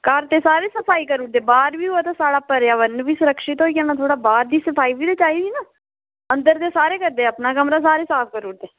घर ते सारे सफाई करी ओड़दे ते बाहर करै ना ते साढ़ा पर्यावरण बी स्वच्छ होई जाना ते जेह्ड़ा बाहर दी सफाई चाहिदी ना अंदर